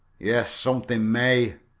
yes, something may,